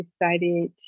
decided